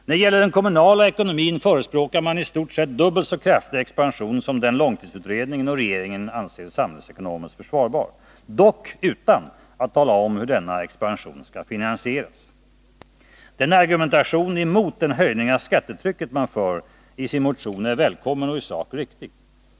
När det gäller den kommunala ekonomin förespråkar man en i stort sett dubbelt så kraftig expansion som den långtidsutredningen och regeringen anser samhällsekonomiskt försvarbar, dock utan att tala om hur denna expansion skall finansieras. Den argumentation emot en höjning av skattetrycket man för i sin motion är välkommen och i sak riktig.